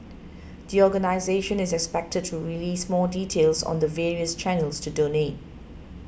the organisation is expected to release more details on the various channels to donate